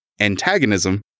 Antagonism